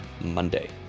Monday